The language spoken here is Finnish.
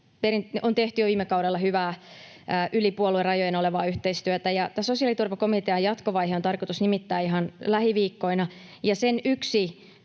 on tehty jo viime kaudella hyvää, yli puoluerajojen olevaa yhteistyötä. Tämä sosiaaliturvakomitean jatkovaihe on tarkoitus nimittää ihan lähiviikkoina, ja sen yksi